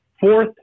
fourth